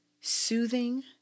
soothing